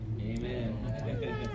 Amen